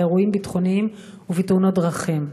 באירועים ביטחוניים ובתאונות דרכים.